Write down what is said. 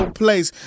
place